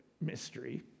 mystery